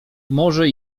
może